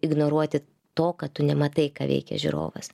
ignoruoti to ką tu nematai ką veikia žiūrovas